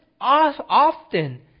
often